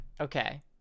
okay